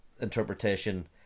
interpretation